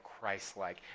Christ-like